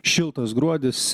šiltas gruodis